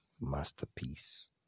masterpiece